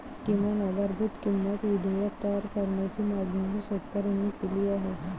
किमान आधारभूत किंमत विधेयक तयार करण्याची मागणीही शेतकऱ्यांनी केली आहे